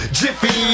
jiffy